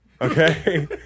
Okay